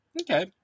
Okay